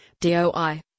DOI